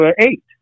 eight